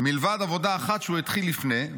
מלבד עבודה אחת שהוא התחיל לפני,